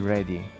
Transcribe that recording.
Ready